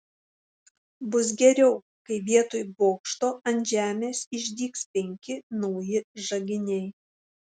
bus geriau kai vietoj bokšto ant žemės išdygs penki nauji žaginiai